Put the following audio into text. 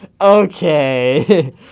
Okay